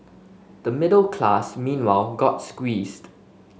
the middle class meanwhile got squeezed